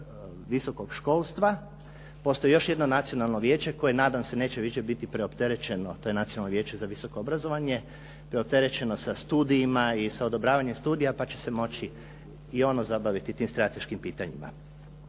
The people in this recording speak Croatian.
visokog školstva. Postoji još jedno Nacionalno vijeće koje nadam se neće više biti preopterećno to je Nacionalno vijeće za visoko obrazovanje, preopterećeno sa studijima i sa odobravanjem studija pa će se moći i ono zabaviti tim strateškim pitanjima.